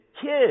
kids